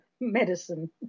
medicine